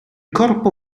corpo